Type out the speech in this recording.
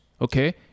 Okay